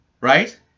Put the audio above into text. right